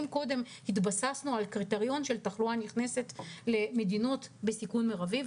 אם קודם התבססנו על קריטריון של תחלואה נכנסת למדינות בסיכון מרבי,